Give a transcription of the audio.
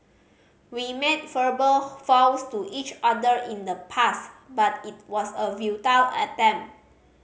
we made verbal vows to each other in the past but it was a futile attempt